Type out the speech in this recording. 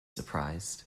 surprised